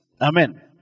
Amen